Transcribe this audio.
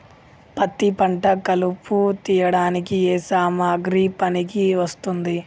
పత్తి పంట కలుపు తీయడానికి ఏ సామాగ్రి పనికి వస్తుంది?